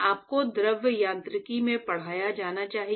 आपको द्रव यांत्रिकी में पढ़ाया जाना चाहिए